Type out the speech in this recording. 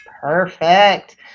Perfect